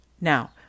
Now